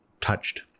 touched